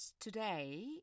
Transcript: today